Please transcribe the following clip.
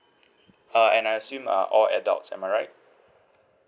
uh and I assume uh all adults am I right